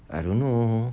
I don't know